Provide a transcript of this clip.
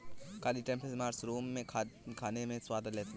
काली trumpet mushroom खाने में स्वाद लाती है